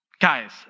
guys